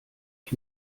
ich